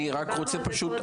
אני פשוט רק רוצה,